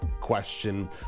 question